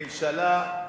ממשלה,